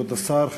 כבוד השר,